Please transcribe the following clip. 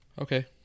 okay